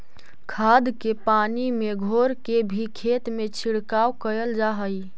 खाद के पानी में घोर के भी खेत में छिड़काव कयल जा हई